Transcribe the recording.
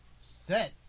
Set